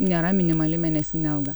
nėra minimali mėnesinė alga